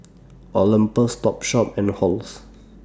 Olympus Topshop and Halls